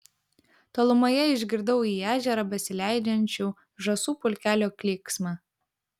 tolumoje išgirdau į ežerą besileidžiančių žąsų pulkelio klyksmą